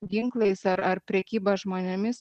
ginklais ar ar prekyba žmonėmis